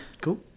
cool